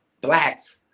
blacks